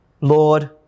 Lord